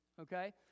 Okay